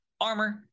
armor